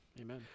Amen